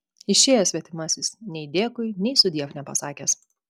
išėjo svetimasis nei dėkui nei sudiev nepasakęs